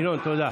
ינון, תודה.